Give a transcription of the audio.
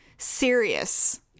serious